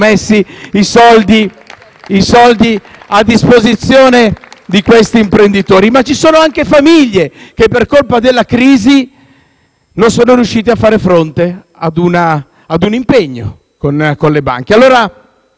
messi a disposizione di questi imprenditori, ma ci sono anche famiglie che, per colpa della crisi, non sono riuscite a fare fronte ad un impegno con le banche.